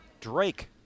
Drake